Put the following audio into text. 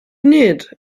need